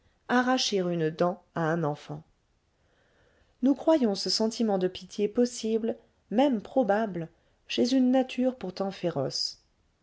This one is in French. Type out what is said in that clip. arracher une dent à un enfant nous croyons ce sentiment de pitié possible même probable chez une nature pourtant féroce